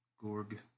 Gorg